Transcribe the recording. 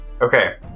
Okay